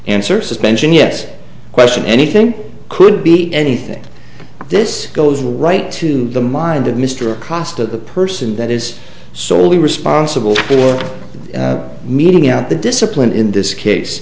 answer suspension yes question anything could be anything this goes right to the mind of mr cost that the person that is solely responsible for the meeting at the discipline in this case